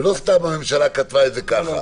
ולא סתם הממשלה כתבה את זה ככה.